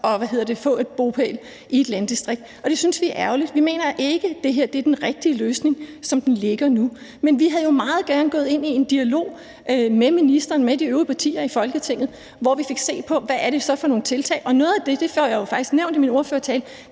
at få en bopæl i et landdistrikt, og det synes vi er ærgerligt. Vi mener ikke, at det her er den rigtige løsning, som det ligger nu. Men vi var jo meget gerne gået ind i en dialog med ministeren, med de øvrige partier i Folketinget, hvor vi fik set på, hvad det så er for nogle tiltag, og noget af det – det får jeg jo faktisk nævnt i min ordførertale